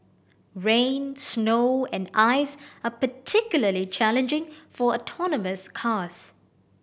rain snow and ice are particularly challenging for autonomous cars